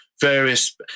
various